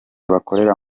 bakorera